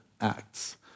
Acts